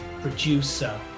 producer